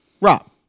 Rob